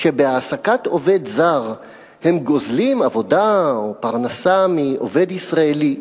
שבהעסקת עובד זר הם גוזלים עבודה או פרנסה מעובד ישראלי,